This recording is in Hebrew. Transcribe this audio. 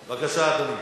בבקשה, אדוני.